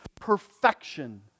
perfection